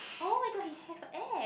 oh-my-god he have act